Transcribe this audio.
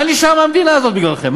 מה נשאר במדינה הזאת בגללכם?